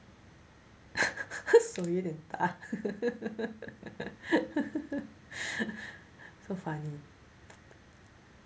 手有点大 so funny